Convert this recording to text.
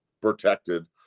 protected